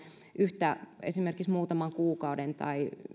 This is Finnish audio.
yhtä esimerkiksi muutaman kuukauden tai